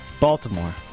Baltimore